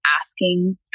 asking